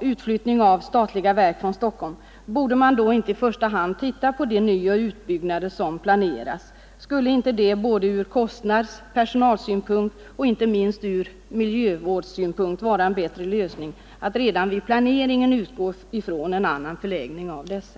utflyttning av statliga verk från Stockholm, borde man inte då i första hand titta på de nyoch utbyggnader som planeras? Skulle det inte ur såväl kostnadsoch personalsynpunkt som inte minst miljövårdssynpunkt vara en bättre lösning att redan vid planeringen utgå från en annan förläggning av dessa?